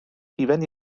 hufen